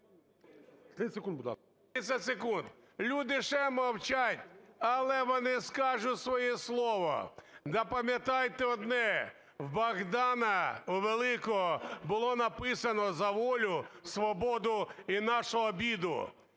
...секунд. Люди ще мовчать, але вони скажуть своє слово. Запам'ятайте одне: в Богдана, у Великого, було написано: за волю, свободу і нашу обіду.